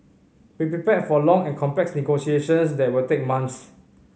be prepared for long and complex negotiations that will take months